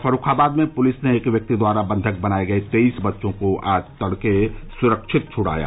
फर्रूखाबाद में पुलिस ने एक व्यक्ति द्वारा बंधक बनाए गये तेईस बच्चों को आज तड़के सुरक्षित छुड़ाया